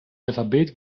alphabet